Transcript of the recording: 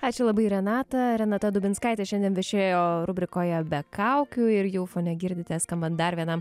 ačiū labai renata renata dubinskaitė šiandien viešėjo rubrikoje be kaukių ir jau fone girdite skambant dar vienam